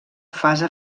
fase